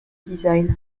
design